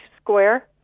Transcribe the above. square